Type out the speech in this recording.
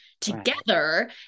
together